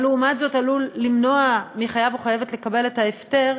אבל לעומת זאת עלול למנוע מחייב או חייבת לקבל את ההפטר,